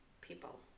people